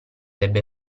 ebbe